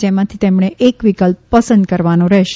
જેમાંથી તેમણે એક વિકલ્પ પસંદ કરવાનો રહેશે